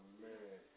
man